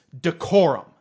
decorum